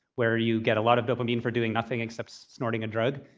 where you get a lot of dopamine for doing nothing except snorting a drug.